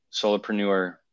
solopreneur